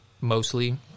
mostly